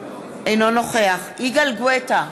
אינו נוכח יגאל גואטה,